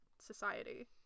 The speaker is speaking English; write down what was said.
society